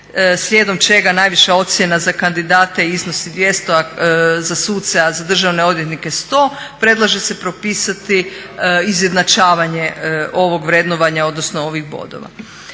slijedom čega najviša ocjena za kandidate iznosi 200 za suce, a za državne odvjetnike 100 predlaže se propisati izjednačavanje ovog vrednovanja, odnosno ovih bodova.